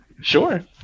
Sure